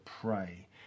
pray